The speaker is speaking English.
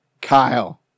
Kyle